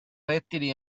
rettili